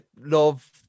love